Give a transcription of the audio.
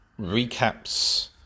recaps